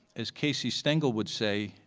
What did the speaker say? as casey stengel would say,